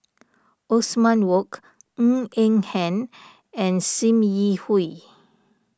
Othman Wok Ng Eng Hen and Sim Yi Hui